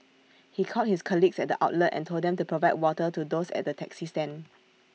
he called his colleagues at the outlet and told them to provide water to those at the taxi stand